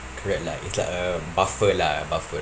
correct like it's like a buffer lah buffer